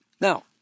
now